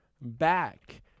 back